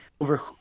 over